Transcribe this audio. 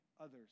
others